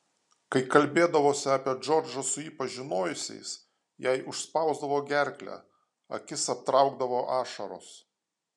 kai kalbėdavosi apie džordžą su jį pažinojusiais jai užspausdavo gerklę akis aptraukdavo ašaros